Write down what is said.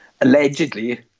allegedly